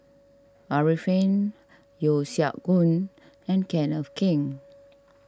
Arifin Yeo Siak Goon and Kenneth Keng